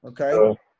Okay